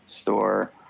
store